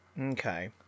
Okay